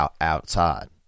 outside